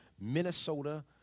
Minnesota